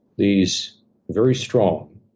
these very strong,